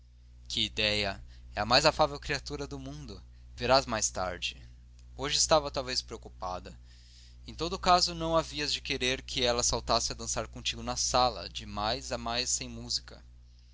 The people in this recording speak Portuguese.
que idéia é a mais afável criatura do mundo verás mais tarde hoje estava talvez preocupada em todo o caso não havias de querer que ela saltasse a dançar contigo na sala de mais a mais sem música